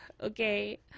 Okay